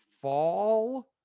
fall